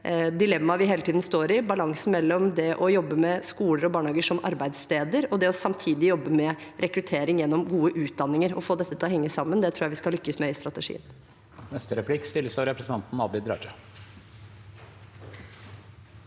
dilemmaet vi hele tiden står i: balansen mellom å jobbe med skoler og barnehager som arbeidssteder og det å samtidig jobbe med rekruttering gjennom gode utdanninger. Å få dette til å henge sammen tror jeg vi skal lykkes med i strategien.